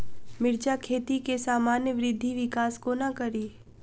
मिर्चा खेती केँ सामान्य वृद्धि विकास कोना करि?